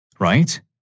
right